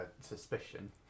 suspicion